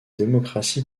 démocratie